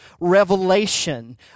revelation